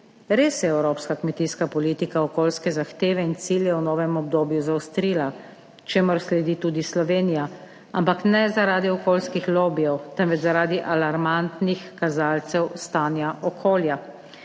Res je evropska kmetijska politika okoljske zahteve in cilje v novem obdobju zaostrila, čemur sledi tudi Slovenija, ampak ne zaradi okoljskih lobijev, temveč zaradi alarmantnih kazalcev stanja okolja.